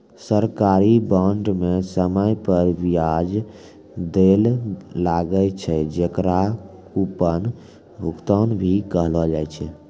सरकारी बांड म समय पर बियाज दैल लागै छै, जेकरा कूपन भुगतान भी कहलो जाय छै